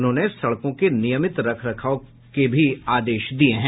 उन्होंने सड़कों के नियमित रखरखाव को भी आदेश दिया है